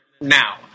now